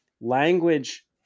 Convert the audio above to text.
language